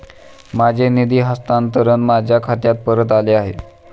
माझे निधी हस्तांतरण माझ्या खात्यात परत आले आहे